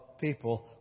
people